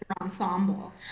ensemble